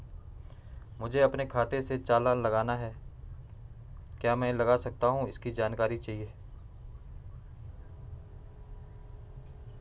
मुझे अपने खाते से चालान लगाना है क्या मैं लगा सकता हूँ इसकी जानकारी चाहिए?